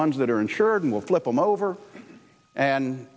ones that are insured and we'll flip them over and